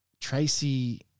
Tracy